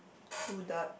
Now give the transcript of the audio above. true that